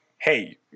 hey